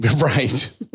Right